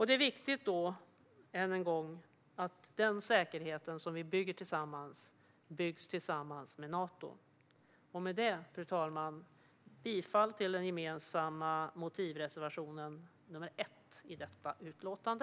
Det är, än en gång, viktigt att den säkerhet som vi bygger tillsammans byggs tillsammans med Nato. Med detta, fru talman, yrkar jag bifall till den gemensamma motivreservationen 1 i detta utlåtande.